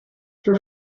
for